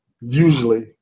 Usually